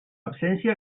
absència